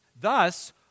Thus